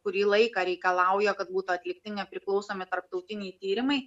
kurį laiką reikalauja kad būtų atlikti nepriklausomi tarptautiniai tyrimai